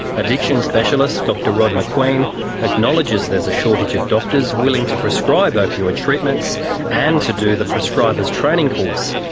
addiction specialist dr rod macqueen acknowledges there's a shortage of doctors willing to prescribe opioid treatments and to do the prescribers' training course.